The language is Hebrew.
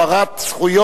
אבל לא הספיקה להצביע.